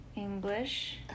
English